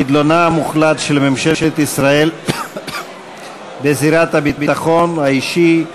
חדלונה המוחלט של ממשלת ישראל בזירת הביטחון האישי,